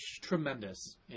tremendous